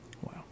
Wow